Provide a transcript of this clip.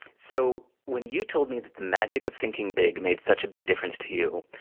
so when you told me that the magic of thinking big made such a big difference to you,